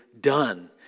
done